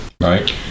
Right